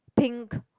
pink